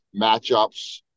matchups